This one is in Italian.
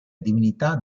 divinità